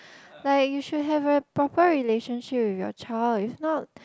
like you should have a proper relationship with your child if not